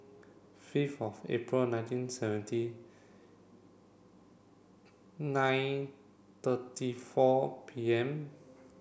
fifth of April nineteen seventy nine thirty four P M